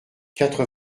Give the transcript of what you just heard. quatre